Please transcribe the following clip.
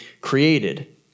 created